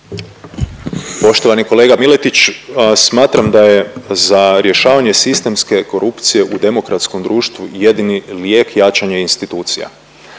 Poštovani kolega Miletić smatram da je za rješavanje sistemske korupcije u demokratskom društvu jedini lijek jačanje institucija.